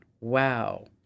Wow